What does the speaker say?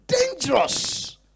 Dangerous